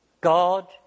God